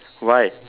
why